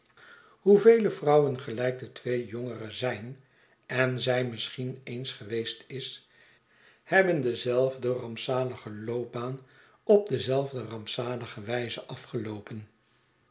hoevele vrouwen gelijk de twee jongere zijn en zij misschien eens geweest is hebben dezelfde rampzalige loopbaan op dezelfde rampzalige wijze afgeloopen